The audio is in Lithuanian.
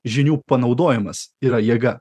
žinių panaudojimas yra jėga